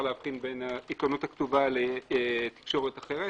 להבחין בין העיתונות הכתובה לתקשורת אחרת